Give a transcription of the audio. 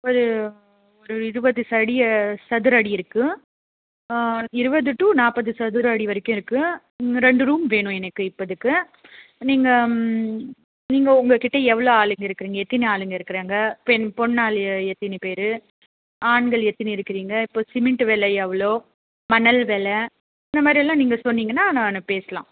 ஒரு ஒரு இருபது சதுரடி இருக்குது இருபது டு நாற்பது சதுரடி வரைக்கும் இருக்குது ரெண்டு ரூம் வேணும் எனக்கு இப்போதிக்கு நீங்கள் ம் நீங்கள் உங்கக்கிட்டே எவ்வளோ ஆளுங்க இருக்குறீங்க எத்தினி ஆளுங்க இருக்கிறாங்க பெண் பொண் ஆள் எத்தினி பேர் ஆண்கள் எத்தினி இருக்குறீங்க இப்போது சிமெண்ட் வெலை எவ்வளோ மணல் வெலை இந்தமாதிரியெல்லாம் நீங்கள் சொன்னீங்கன்னா நான் பேசலாம்